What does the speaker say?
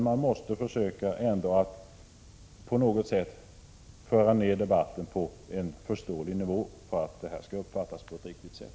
Man måste försöka att på något sätt föra ned debatten på en förståelig nivå för att förslagen skall uppfattas på ett riktigt sätt.